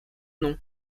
nom